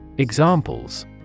Examples